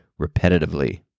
repetitively